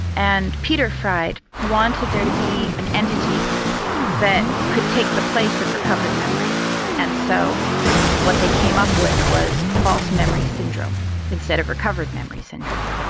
and peter fried wanted there to be an entity that could take the place of recovered memory and so what they came up with was false memory syndrome instead of recovered memory syndrome.